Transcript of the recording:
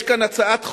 יש כאן הצעת חוק,